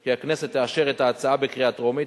כי הכנסת תאשר את ההצעה בקריאה הטרומית